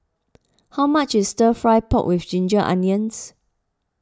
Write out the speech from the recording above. how much is Stir Fry Pork with Ginger Onions